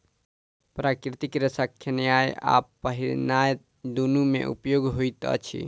प्राकृतिक रेशा खेनाय आ पहिरनाय दुनू मे उपयोग होइत अछि